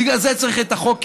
בגלל זה צריך את החוק,